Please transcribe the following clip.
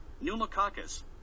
pneumococcus